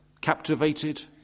captivated